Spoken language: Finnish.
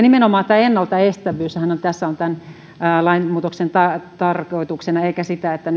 nimenomaan tämä ennaltaestävyyshän tässä on lainmuutoksen tarkoituksena eikä se että